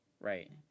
right